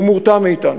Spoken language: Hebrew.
הוא מורתע מאתנו.